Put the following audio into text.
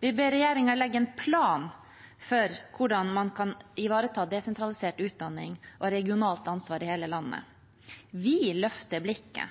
Vi ber regjeringen legge en plan for hvordan man kan ivareta desentralisert utdanning og regionalt ansvar i hele landet. Vi løfter blikket.